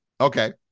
Okay